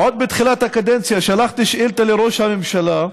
עוד בתחילת הקדנציה שלחתי שאילתה לראש הממשלה: